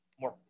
more